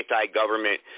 anti-government